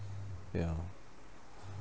ya